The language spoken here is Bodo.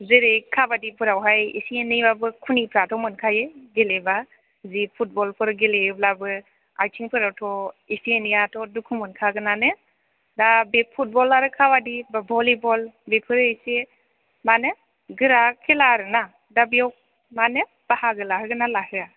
जेरै खाबादिफोरावहाय इसे एनैबाबो खुनिफ्राथ' मोनखायो गेलेबा बे फुटबलफोर गेलेयोब्लाबो आथिंफोरावथ' इसे एनैयाथ' दुखु मोनखागोननानो दा बे फुटबल आरो खाबादि भलिबल बेफोर इसे माने गोरा खेला आरो ना दा बेव माने बाहागो लाहोगोनना लाहोया